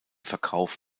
verkauf